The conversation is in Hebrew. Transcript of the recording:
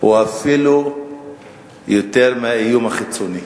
הוא אפילו יותר מהאיום החיצוני,